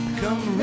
come